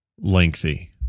lengthy